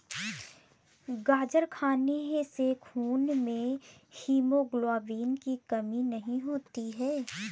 गाजर खाने से खून में हीमोग्लोबिन की कमी नहीं होती